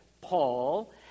Paul